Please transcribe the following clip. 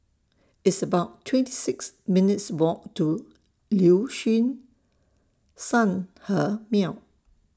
It's about twenty six minutes' Walk to Liuxun Sanhemiao